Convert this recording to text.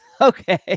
Okay